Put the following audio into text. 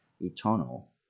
eternal